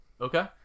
okay